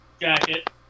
jacket